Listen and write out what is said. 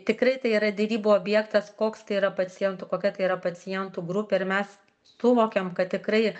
tikrai tai yra derybų objektas koks tai yra paciento kokia tai yra pacientų grupė ir mes suvokiam kad tikrai